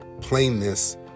plainness